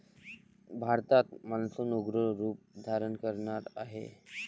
भारतात मान्सून उग्र रूप धारण करणार आहे